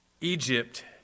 Egypt